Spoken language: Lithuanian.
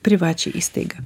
privačią įstaigą